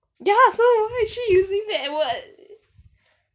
ya so why is she using that word